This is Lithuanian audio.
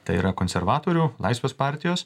tai yra konservatorių laisvės partijos